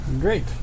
Great